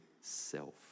self